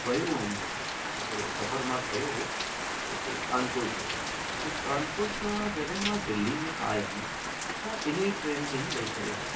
वियो हुअमि हिकिड़ो सफ़रु मां कयो हो हिते कानपुर जो ऐं कानपुर सां जॾहिं मां दिल्ली में आयुमि त इने ट्रेन में ई वेई करे आयुमि